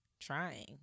trying